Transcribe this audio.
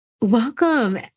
Welcome